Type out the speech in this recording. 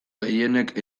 gehienek